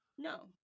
No